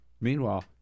meanwhile